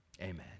Amen